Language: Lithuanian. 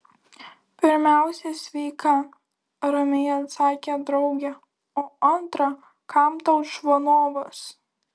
pirmiausia sveika ramiai atsakė draugė o antra kam tau čvanovas